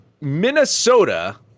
minnesota